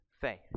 faith